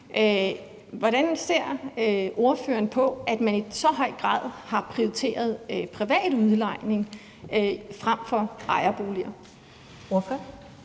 Hvordan ser ordføreren på, at man i så høj grad har prioriteret privat udlejning frem for ejerboliger?